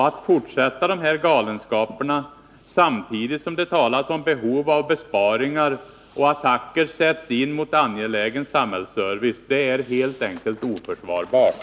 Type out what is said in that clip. Att fortsätta de här galenskaperna, samtidigt som det talas om behov av besparingar och samtidigt som attacker sätts in mot angelägen samhällsservice, är helt enkelt oförsvarbart.